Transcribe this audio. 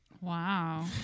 Wow